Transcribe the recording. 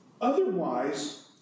Otherwise